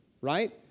Right